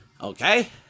Okay